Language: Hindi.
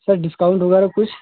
सर डिस्काउंट वगैराह कुछ